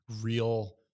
real